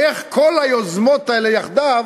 איך כל היוזמות האלה יחדיו